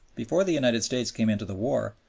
before the united states came into the war,